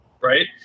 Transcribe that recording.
right